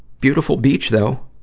beautiful beach, though!